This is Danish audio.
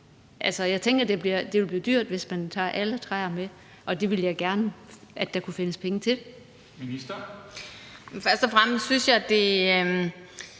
Altså, jeg tænker, at det vil blive dyrt, hvis man tager alle træer med, og det ville jeg gerne have at der kunne findes penge til. Kl. 17:23 Formanden (Henrik